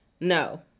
no